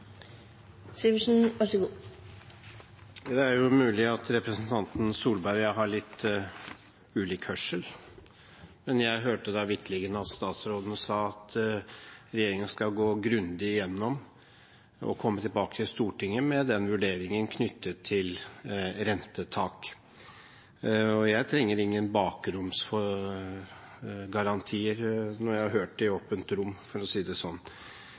mulig at representanten Tvedt Solberg og jeg har litt ulik hørsel, men jeg hørte da vitterlig at statsråden sa at regjeringen skal gå grundig igjennom og komme tilbake til Stortinget med vurderingen knyttet til rentetak. Jeg trenger ingen bakromsgarantier når jeg har hørt det i åpent rom, for å si det sånn.